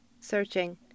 Searching